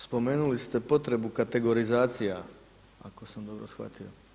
Spomenuli ste potrebu kategorizacija, ako sam dobro shvatio.